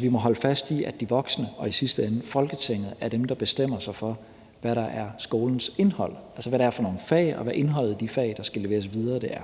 vi må holde fast i, at de voksne og i sidste ende Folketinget er dem, der bestemmer sig for, hvad der er skolens indhold, altså hvad det er for nogle fag, og hvad indholdet af de fag, der skal formidles videre, er.